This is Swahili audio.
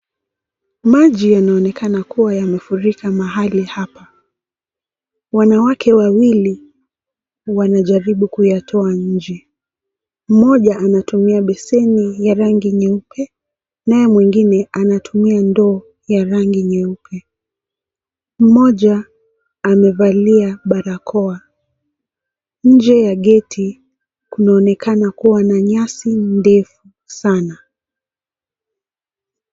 Maji yanaonekana kuwa yamefurika mahali hapa. Wanawake wawili wanajaribu kuyatoa nje. Mmoja anatumia beseni ya rangi nyeupe naye mwingine anatumia ndoo ya rangi nyeupe. Mmoja amevalia barakoa. Nje ya geti kunaonekana kuwa na nyasi ndefu sana.